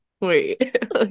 Wait